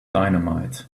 dynamite